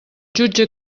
jutge